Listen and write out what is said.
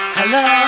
Hello